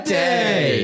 day